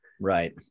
Right